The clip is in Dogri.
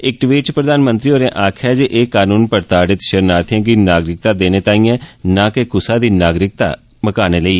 इक ट्वीट च प्रधानमंत्री होरें आक्खेआ ऐ जे एह् कनून प्रताड़ित शर्णार्थिए गी नागरिकता देने ताई ऐ न के कुसै दी नागरिकता खत्म करने ताईं